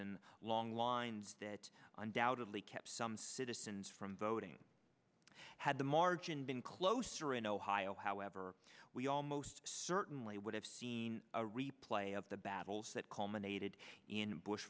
and long lines that undoubtedly kept some citizens from voting had the margin been closer in ohio however we almost certainly would have seen a replay of the battles that